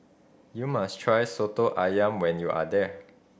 you must try Soto Ayam when you are there